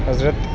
حضرت